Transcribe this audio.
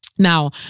Now